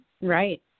Right